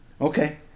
Okay